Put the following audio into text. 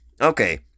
Okay